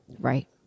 right